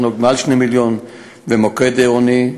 ולמוקד עירוני,